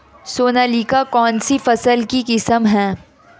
सोनालिका कौनसी फसल की किस्म है?